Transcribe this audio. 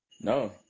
No